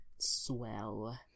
Swell